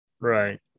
Right